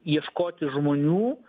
ieškoti žmonių